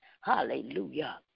hallelujah